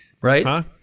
Right